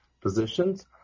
positions